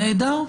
נהדר.